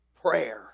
Prayer